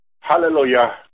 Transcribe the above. hallelujah